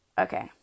Okay